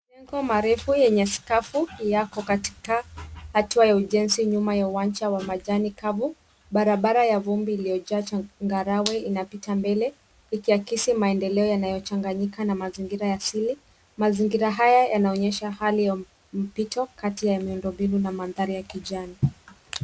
Majengo marefu yenye skafu yako katika hatua ya ujenzi nyuma ya uwanja wenye majani kavu. Barabara ya vumbi iliyojaa changarawe inapita mbele ikiakisi maendeleo yanayochanganyika na maendeleo asili. Mazingira haya yanaonyesha hali ya mpito kati ua miundombinu na mandhari ya kijani.